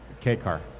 K-Car